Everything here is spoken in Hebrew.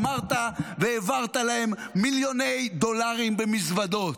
אמרת והעברת להם מיליוני דולרים במזוודות.